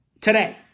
today